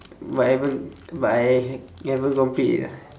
but I haven't but I hav~ haven't complete it ah